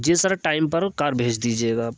جی sir time پر car بھیج دیجیے گا